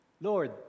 Lord